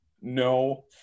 No